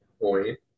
point